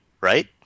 right